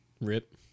rip